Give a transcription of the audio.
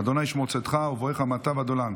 ה' ישמור צאתך ובואך מעתה ועד עולם".